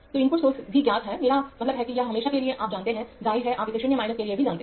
तो input source भी ज्ञात है मेरा मतलब है कि यह हमेशा के लिए जाना जानते है जाहिर है आप इसे 0 के लिए भी जानते हैं